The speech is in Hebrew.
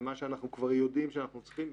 למה שאנחנו כבר יודעים שאנחנו צריכים,